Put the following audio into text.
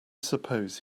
suppose